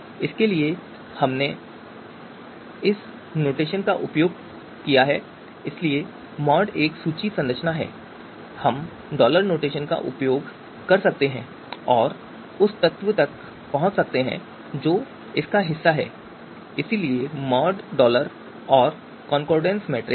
इसके लिए हम इस नोटेशन का उपयोग कर सकते हैं इसलिए मॉड एक सूची संरचना है और हम डॉलर नोटेशन का उपयोग कर सकते हैं और उस तत्व तक पहुंच सकते हैं जो इसका हिस्सा है इसलिए मॉड डॉलर और कॉनकॉर्डेंस मैट्रिक्स